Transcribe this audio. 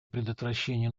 предотвращения